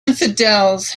infidels